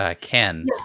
Ken